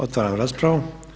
Otvaram raspravu.